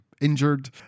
injured